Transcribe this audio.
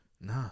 No